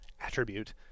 attribute